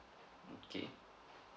okay